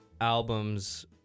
albums